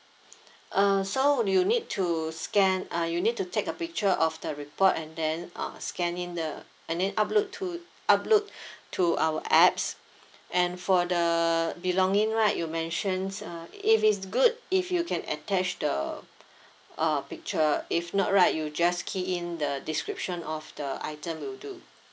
uh so you need to scan uh you need to take a picture of the report and then uh scan in the and then upload to upload to our apps and for the belonging right you mentioned uh if it's good if you can attach the uh picture if not right you just key in the description of the item will do